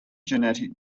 genetic